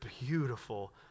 beautiful